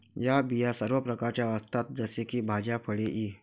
या बिया सर्व प्रकारच्या असतात जसे की भाज्या, फळे इ